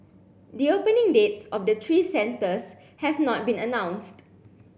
the opening dates of the three centres have not been announced